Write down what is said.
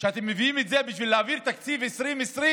שאתם מביאים את זה בשביל להעביר תקציב 2020,